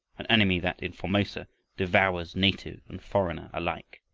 an enemy that in formosa devours native and foreigner alike.